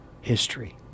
history